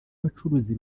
abacuruzi